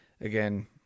Again